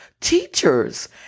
teachers